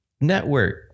network